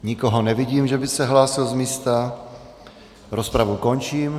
Nikoho nevidím, že by se hlásil z místa, rozpravu končím.